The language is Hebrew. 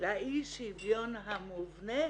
לאי שוויון המובנה